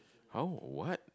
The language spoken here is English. how what